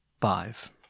Five